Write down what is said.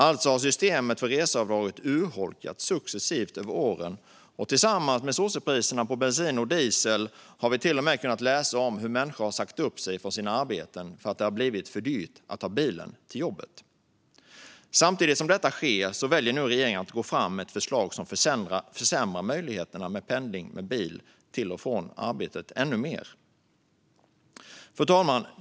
Alltså har systemet för reseavdraget urholkats successivt över åren, och detta i kombination med sossepriserna på bensin och diesel har gjort att vi till och med har kunnat läsa om hur människor har sagt upp sig från sina arbeten för att det har blivit för dyrt att ta bilen till jobbet. Samtidigt som detta sker väljer nu regeringen att gå fram med ett förslag som försämrar möjligheterna för pendling med bil till och från arbetet ännu mer.